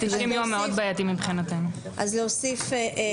<< יור >> אז להוסיף ---<< יור >>